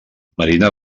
marina